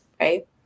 right